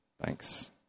Thanks